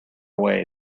away